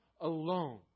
alone